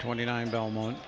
twenty nine belmont